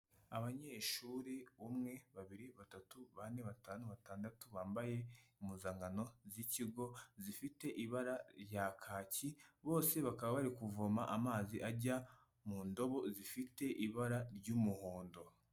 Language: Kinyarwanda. Abanyeshuri, umwe, babiri, batatu, bane, batanu. batandatu, bambaye impuzankano z'ikigo zifite ibara rya kaki, bose bakaba bari kuvoma amazi ajya mu ndobo zifite ibara ry'umuhondo.